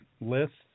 lists